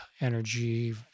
energy